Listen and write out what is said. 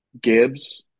Gibbs